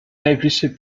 najbliższej